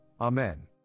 amen